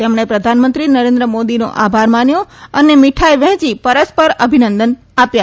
તેમણે પ્રધાનમંત્રી નરેન્દ્ર મોદીનો આભાર માન્યો અને મિઠાઇ વહેંચી પરસ્પર અભિનંદન પાઠવ્યા